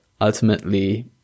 ultimately